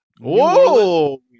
whoa